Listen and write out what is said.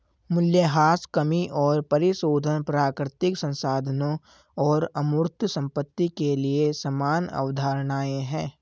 मूल्यह्रास कमी और परिशोधन प्राकृतिक संसाधनों और अमूर्त संपत्ति के लिए समान अवधारणाएं हैं